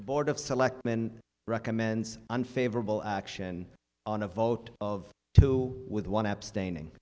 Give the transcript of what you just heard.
the board of selectmen recommends unfavorable action on a vote of two with one abstaining